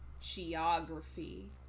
Geography